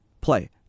Play